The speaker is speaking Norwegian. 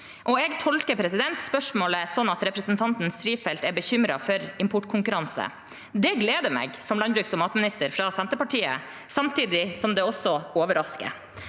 Jeg tolker spørsmålet slik at representanten Strifeldt er bekymret for importkonkurranse. Det gleder meg som landbruks- og matminister fra Senterpartiet, samtidig som det også overrasker.